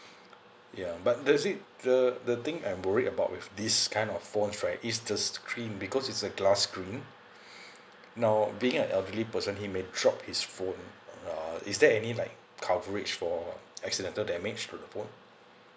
ya but that's it the the thing I worry about with this kind of falls right is just clean because it's a glass cream lah now being an elderly person he made shop is full um uh is there any like coverage for accidental that make sure